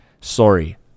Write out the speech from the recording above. Sorry